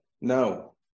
No